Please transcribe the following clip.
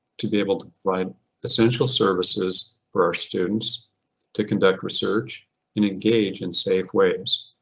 to be able to provide essential services for our students to conduct research and engage in safe ways.